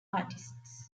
artists